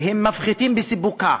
מפחיתים בסיפוקה